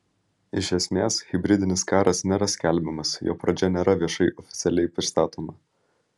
iš esmės hibridinis karas nėra skelbiamas jo pradžia nėra viešai oficialiai pristatoma